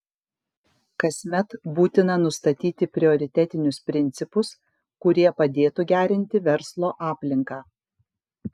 kasmet būtina nustatyti prioritetinius principus kurie padėtų gerinti verslo aplinką